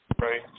Right